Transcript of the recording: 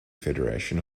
federation